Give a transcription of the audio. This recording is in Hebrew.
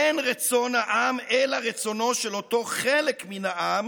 אין רצון העם אלא רצונו של אותו חלק מן העם